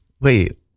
Wait